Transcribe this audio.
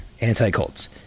anti-cults